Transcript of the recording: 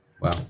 wow